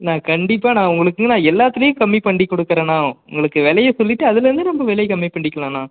அண்ணா கண்டிப்பாக நான் உங்களுக்கு நான் எல்லாத்திலையும் கம்மி பண்ணி கொடுக்கறேண்ணா உங்களுக்கு விலைய சொல்லிட்டு அதிலேருந்து நம்ம விலை கம்மி பண்ணிக்கிலாண்ணா